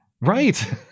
right